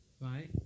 Right